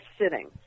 sitting